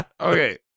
Okay